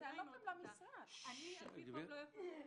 הטענות הן למשרד ולא לבית אקשטיין.